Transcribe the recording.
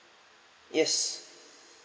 yes